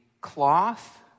cloth